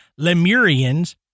lemurians